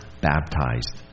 baptized